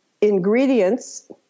ingredients